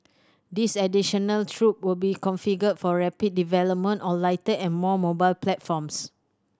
this additional troop will be configured for rapid development on lighter and more mobile platforms